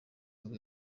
nibwo